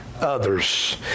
others